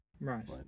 Right